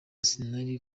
sinari